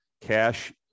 Cash